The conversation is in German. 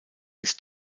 ist